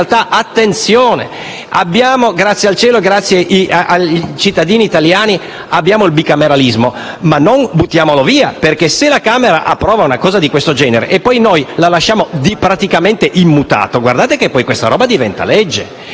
realtà. Attenzione, grazie ai cittadini italiani abbiamo il bicameralismo, ma non buttiamolo via, perché se la Camera approva una norma di questo genere e poi noi la lasciamo praticamente immutata, guardate che questa roba diventa legge